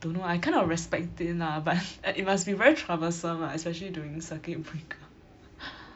don't know I kind of respect it lah but it must be very troublesome ah especially during circuit breaker